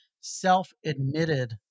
self-admitted